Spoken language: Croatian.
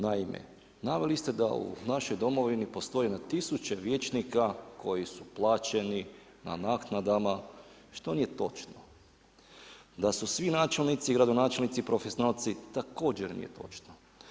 Naime, naveli ste da u našoj Domovini postoji na tisuće vijećnika koji su plaćeni na naknadama što nije točno, da su svi načelnici i gradonačelnici i profesionalci također nije točno.